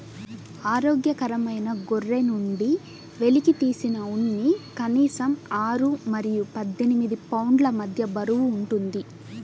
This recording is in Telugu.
ఆరోగ్యకరమైన గొర్రె నుండి వెలికితీసిన ఉన్ని కనీసం ఆరు మరియు పద్దెనిమిది పౌండ్ల మధ్య బరువు ఉంటుంది